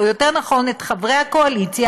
או יותר נכון את חברי הקואליציה,